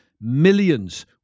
millions